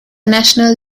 national